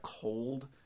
cold